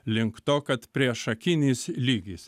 link to kad priešakinis lygis